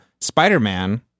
Spider-Man